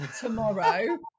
tomorrow